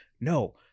no